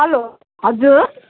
hello हजुर